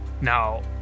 Now